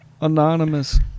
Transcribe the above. anonymous